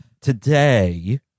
today